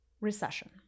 recession